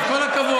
אל תפריע לו